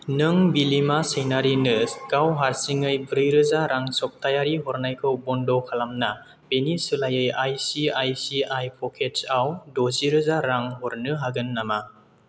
नों बिलिमा सैनारिनो गाव हारसिङै ब्रैरोजा रां सप्तायारि हरनायखौ बन्द' खालामना बेनि सोलायै आइसिआइसिआइ प'केट्सआव द'जिरोजा रां हर हागोन नामा